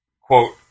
quote